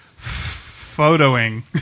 photoing